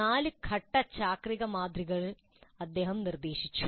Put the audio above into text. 4 ഘട്ട ചാക്രിക മാതൃക അദ്ദേഹം നിർദ്ദേശിച്ചു